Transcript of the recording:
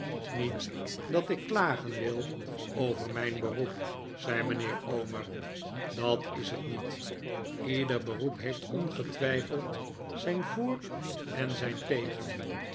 niet dat ik klagen wil over mijn beroep zei mijnheer omer dat is het niet ieder beroep heeft ongetwijfeld zijn voor en zijn tegen